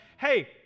hey